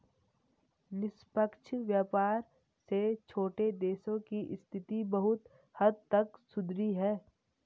निष्पक्ष व्यापार से छोटे देशों की स्थिति बहुत हद तक सुधरी है